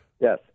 yes